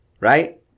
Right